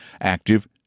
active